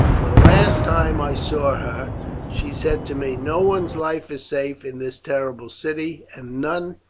the last time i saw her she said to me, no one's life is safe in this terrible city, and none,